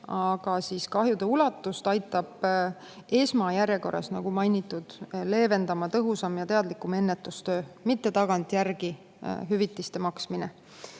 Aga kahjude ulatust aitab esmajärjekorras, nagu mainitud, leevendada tõhusam ja teadlikum ennetustöö, mitte tagantjärgi hüvitiste maksmine.